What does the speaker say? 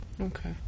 Okay